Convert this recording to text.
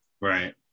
Right